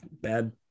bad